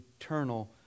eternal